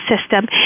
system